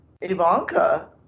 Ivanka